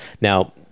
Now